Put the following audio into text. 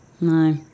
No